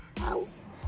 house